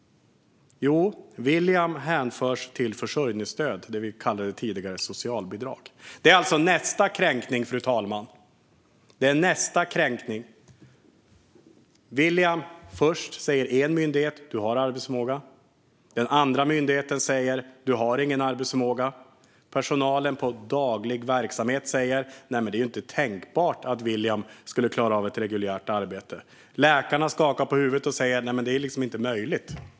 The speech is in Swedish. Jo, William hänförs till försörjningsstöd, det vi tidigare kallade socialbidrag. Det är alltså nästa kränkning, fru talman. Först säger en myndighet till William: Du har arbetsförmåga. Den andra myndigheten säger: Du har ingen arbetsförmåga. Personalen på den dagliga verksamheten säger: Det är inte tänkbart att William skulle klara av ett reguljärt arbete. Läkarna skakar på huvudet och säger: Det är inte möjligt.